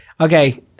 okay